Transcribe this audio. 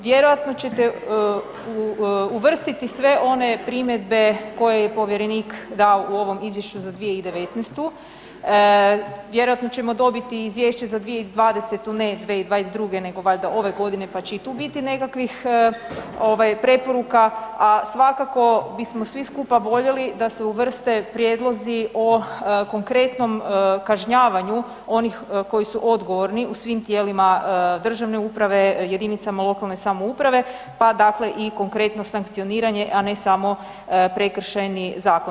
Vjerojatno ćete uvrstiti sve one primjedbe koje je povjerenik dao u ovom Izvješću za 2019., vjerojatno ćemo dobiti i izvješće za 2020., ne 2022. nego valjda ove godine pa će i tu biti nekakvih preporuka, a svakako bismo svi skupa voljeli da se uvrste prijedlozi o konkretnom kažnjavanju onih koji su odgovorni u svim tijelima državne uprave, jedinicama lokalne samouprave, pa dakle i konkretno sankcioniranje, a ne samo Prekršajni zakon.